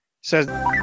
says